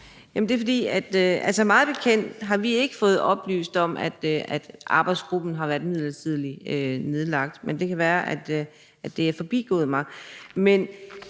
Karina Adsbøl (DF): Mig bekendt har vi ikke fået oplyst, at arbejdsgruppen har været midlertidigt nedlagt, men det kan være, at det er forbigået mig.